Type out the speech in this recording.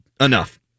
enough